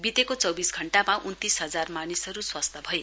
बितेको चौविस घण्टामा उन्नतीस हजार मानिसहरू स्वस्थ भए